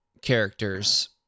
characters